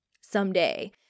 someday